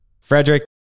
Frederick